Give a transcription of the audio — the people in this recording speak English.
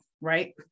right